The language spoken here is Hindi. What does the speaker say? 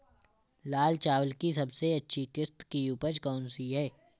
लाल चावल की सबसे अच्छी किश्त की उपज कौन सी है?